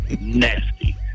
nasty